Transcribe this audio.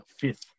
fifth